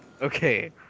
Okay